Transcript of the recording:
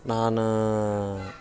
ನಾನು